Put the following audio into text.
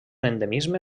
endemisme